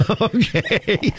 Okay